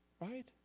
Right